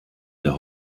der